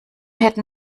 hätten